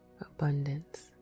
abundance